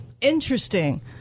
interesting